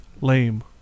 Lame